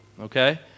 okay